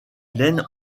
plaine